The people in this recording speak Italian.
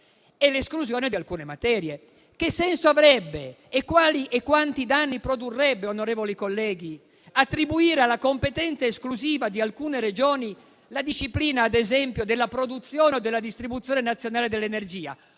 e l'esclusione di alcune materie. Che senso avrebbe e quali e quanti danni produrrebbe, onorevoli colleghi, attribuire alla competenza esclusiva di alcune Regioni la disciplina, ad esempio, della produzione o della distribuzione nazionale dell'energia